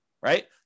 right